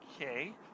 okay